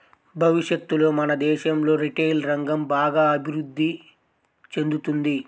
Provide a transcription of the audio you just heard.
భవిష్యత్తులో మన దేశంలో రిటైల్ రంగం బాగా అభిరుద్ధి చెందుతుంది